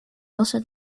also